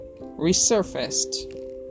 resurfaced